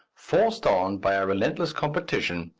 forced on by a relentless competition,